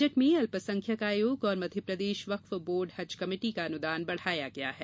budget में अल्पसंख्यक आयोग और मध्यप्रदेश वक्फ बोर्ड हज कमेटी का अनुदान बढ़ाया गया है